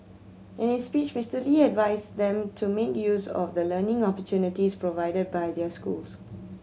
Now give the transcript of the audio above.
in his speech Mister Lee advised them to make use of the learning opportunities provided by their schools